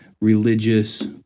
religious